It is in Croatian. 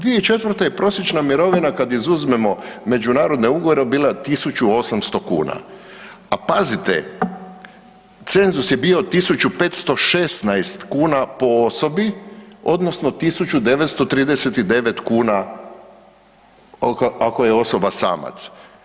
2004. je prosječna mirovina kad izuzmemo međunarodne ugovore bila 1800 kuna, a pazite cenzus je bio 1516 kuna po osobi, odnosno 1939 kuna ako je osoba samac.